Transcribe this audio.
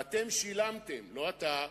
ואתם שילמתם, לא אתה,